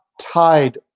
tied